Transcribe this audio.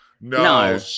No